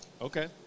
Okay